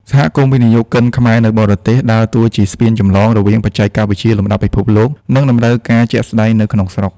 សហគមន៍វិនិយោគិនខ្មែរនៅបរទេស ដើរតួជាស្ពានចម្លងរវាងបច្ចេកវិទ្យាលំដាប់ពិភពលោក និងតម្រូវការជាក់ស្ដែងនៅក្នុងស្រុក។